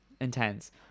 Intense